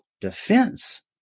defense